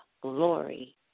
Glory